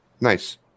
nice